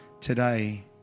today